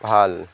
ভাল